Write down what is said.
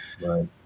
Right